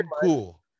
cool